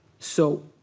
so,